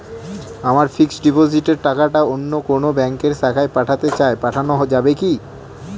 আমার ফিক্সট ডিপোজিটের টাকাটা অন্য কোন ব্যঙ্কের শাখায় পাঠাতে চাই পাঠানো যাবে কি?